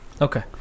Okay